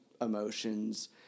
emotions